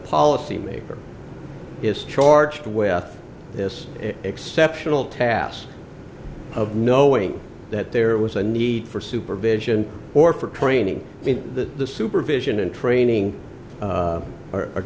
policymaker is charged with this exceptional task of knowing that there was a need for supervision or for training in the supervision and training